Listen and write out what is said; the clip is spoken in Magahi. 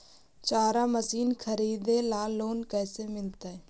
चारा मशिन खरीदे ल लोन कैसे मिलतै?